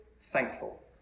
thankful